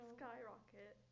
skyrocket